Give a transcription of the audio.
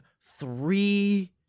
three